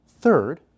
Third